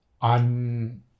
On